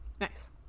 Nice